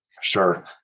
Sure